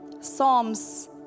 Psalms